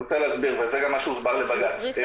וזה גם מה שהוסבר לבג"ץ.